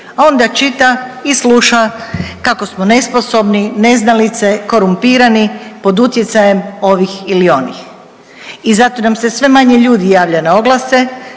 a onda čita i sluša kako smo nesposobni, neznalice, korumpirani, pod utjecajem ovih ili onih. I zato nam se sve manje ljudi javlja na oglase.